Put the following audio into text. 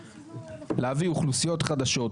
להביא אוכלוסיות חדשות,